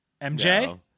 MJ